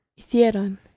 Hicieron